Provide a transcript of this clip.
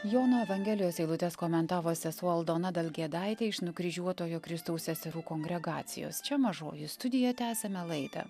jono evangelijos eilutes komentavo sesuo aldona dalgėdaitė iš nukryžiuotojo kristaus seserų kongregacijos čia mažoji studija tęsiame laidą